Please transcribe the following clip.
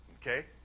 Okay